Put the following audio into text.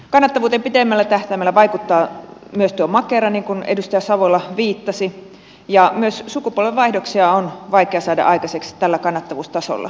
kannattavuuteen pitemmällä tähtäimellä vaikuttaa myös makera niin kuin edustaja savola viittasi ja myös sukupolvenvaihdoksia on vaikea saada aikaiseksi tällä kannattavuustasolla